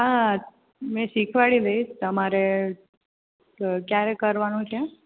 હા મે શીખવાડી દઇશ તમારે ક્યારે કરવાનું છે